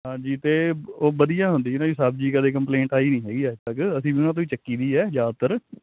ਹਾਂਜੀ ਤੇ ਉਹ ਵਧੀਆ ਹੁੰਦੀ ਇਹਨਾਂ ਦੀ ਸਬਜ਼ੀ ਕਦੇ ਕੰਪਲੇਂਟ ਆਈ ਨਹੀਂ ਹੈਗੀ ਅੱਜ ਤੱਕ ਅਸੀਂ ਵੀ ਉਹਨਾਂ ਤੋਂ ਹੀ ਚੁੱਕੀ ਦੀ ਆ ਜ਼ਿਆਦਾਤਰ